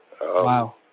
Wow